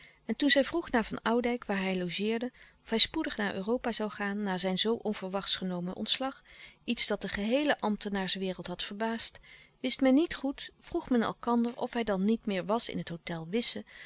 en toen zij vroeg naar van oudijck waar hij logeerde of hij spoedig naar europa zoû gaan na zijn zoo onverwachts genomen ontslag iets dat de geheele ambtenaarswereld had verbaasd wist men niet goed vroeg men elkander of hij dan niet meer was in het hôtel wisse